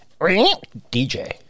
DJ